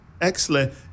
Excellent